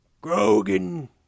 Grogan